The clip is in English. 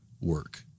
work